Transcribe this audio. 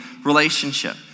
relationship